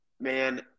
Man